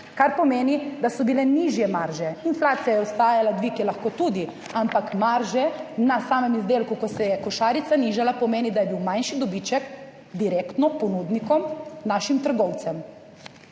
kar pomeni, da so bile nižje marže, inflacija je ostajala, dvig je lahko tudi, ampak marže na samem izdelku, ko se je košarica nižala, pomeni, da je bil manjši dobiček direktno ponudnikom, našim trgovcem.